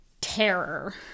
terror